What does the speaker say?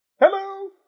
Hello